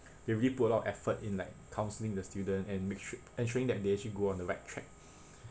they really put a lot of effort in like counselling the student and make su~ ensuring that they actually go on the right track